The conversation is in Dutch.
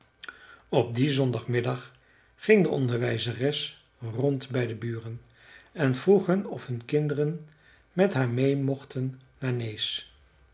op dien zondagmiddag ging de onderwijzeres rond bij de buren en vroeg hun of hun kinderen met haar meê mochten